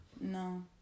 no